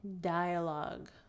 dialogue